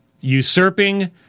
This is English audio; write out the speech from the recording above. usurping